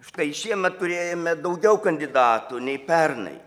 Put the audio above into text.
štai šiemet turėjome daugiau kandidatų nei pernai